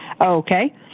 Okay